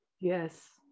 Yes